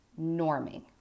norming